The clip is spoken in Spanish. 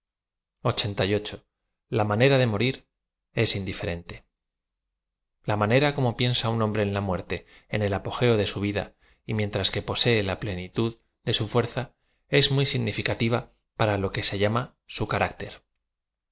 a manera de m o rir e i indiferente l a manera como piensa un hombre en la muerte en el apogeo de su vid a y mientras que posee la plenitud de su fuerza es muy signiflcatta p ara lo que ae llama bu carácter